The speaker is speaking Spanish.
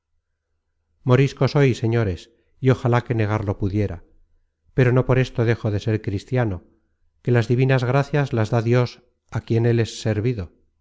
morisco soy señores y ojalá que negarlo pudiera pero no por esto dejo de ser cristiano que las divinas gracias las da dios á quien él es servido